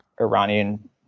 Iranian